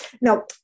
Now